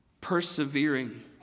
Persevering